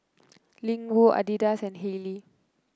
Ling Wu Adidas and Haylee